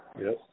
Yes